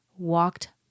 walked